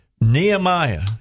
nehemiah